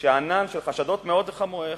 כשענן של חשדות מאוד חמורים,